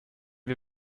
wir